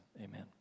amen